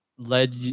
Led